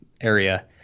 area